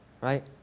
right